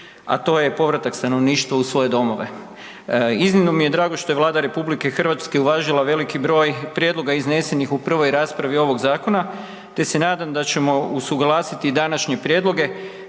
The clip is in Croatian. a to je povratak stanovništva u svoje domove. Iznimno mi je drago što je Vlada RH uvažila veliki broj prijedloga iznesenih u prvoj raspravi ovog zakona, te se nadam da ćemo usuglasiti današnje prijedloge